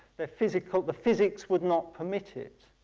the physics the physics would not permit it.